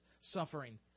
suffering